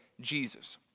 Jesus